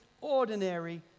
ordinary